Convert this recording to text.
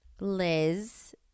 Liz